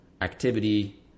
activity